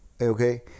okay